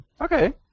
Okay